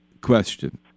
question